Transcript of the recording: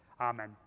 Amen